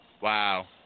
Wow